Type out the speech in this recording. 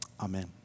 Amen